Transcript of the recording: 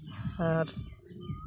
ᱟᱨ